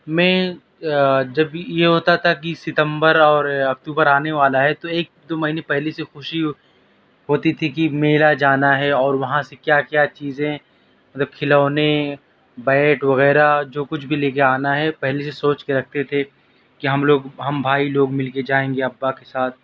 میں جب یہ ہوتا تھا کہ ستمبر اور اکتوبر آنے والا ہے تو ایک دو مہینے پہلے ہی سے خوشی ہوتی تھی کہ میلا جانا ہے اور وہاں سے کیا کیا چیزیں مطلب کھلونے بیٹ وغیرہ جو کچھ بھی لے کے آنا ہے پہلے سے سوچ کے رکھتے تھے کہ ہم لوگ ہم بھائی لوگ مل کے جائیں گے ابا کے ساتھ